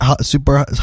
super